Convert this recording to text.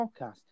podcast